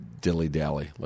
dilly-dally